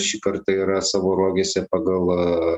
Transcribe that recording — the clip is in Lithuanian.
šį kartą yra savo rogėse pagal a